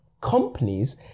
companies